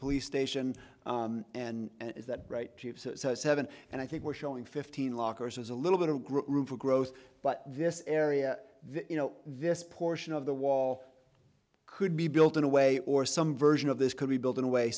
police station and is that right seven and i think we're showing fifteen lockers as a little bit of a group for growth but this area you know this portion of the wall could be built in a way or some version of this could be built in a way